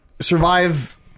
Survive